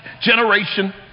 generation